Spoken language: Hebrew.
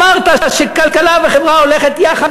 אמרת שכלכלה וחברה הולכות יחד,